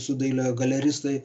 su daile galeristai